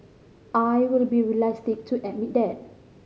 I will be realistic to admit that